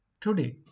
today